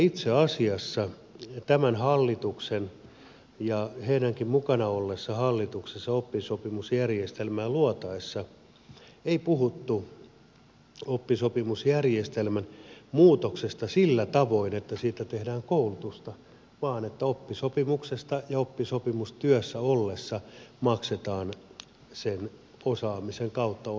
itse asiassa tämän hallituksen aikana ja heidänkin mukana ollessaan hallituksessa oppisopimusjärjestelmää luotaessa ei puhuttu oppisopimusjärjestelmän muutoksesta sillä tavoin että siitä tehdään koulutusta vaan että oppisopimuksesta ja oppisopimustyössä ollessa maksetaan osaamisen kautta tulevaa palkkaa